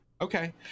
Okay